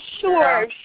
sure